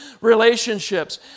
relationships